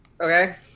Okay